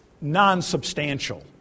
non-substantial